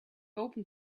open